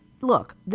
Look